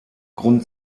grund